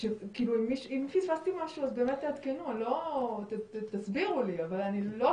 שהיא אפשרית אנחנו לא יודעים על הרבה